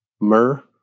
Myrrh